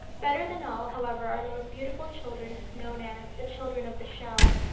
better than all, however, are those beautiful children known as the children of the shell,